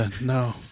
no